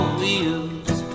wheels